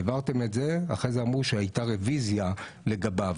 העברתם את זה ואחרי זה אמרו שהייתה רביזיה לגביו.